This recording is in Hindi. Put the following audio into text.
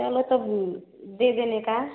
चलो तब दे देने का